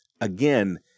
again